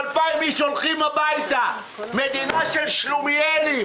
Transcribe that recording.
2,000 איש הולכים הביתה, מדינה של שלומיאלים.